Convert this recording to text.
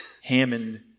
Hammond